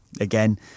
again